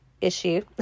issue